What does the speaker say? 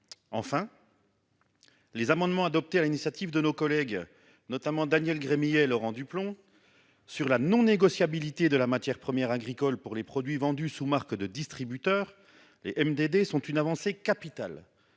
Enfin, les amendements adoptés sur l'initiative de nos collègues Daniel Gremillet et Laurent Duplomb sur la non-négociabilité des matières premières agricoles pour les produits vendus sous marques de distributeurs sont une avancée capitale.